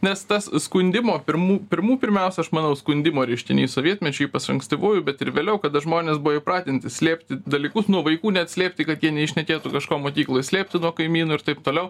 nes tas skundimo pirmų pirmų pirmiausia aš manau skundimo reiškinys sovietmečiui ankstyvųjų bet ir vėliau kada žmonės buvo įpratinti slėpti dalykus nuo vaikų net slėpti kad jie šnekėtų kažko mokykloj slėpti nuo kaimynų ir taip toliau